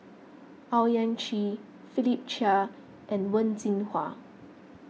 Owyang Chi Philip Chia and Wen Jinhua